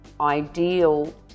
ideal